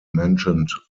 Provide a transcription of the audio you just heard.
mentioned